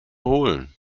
holen